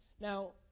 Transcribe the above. Now